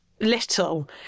little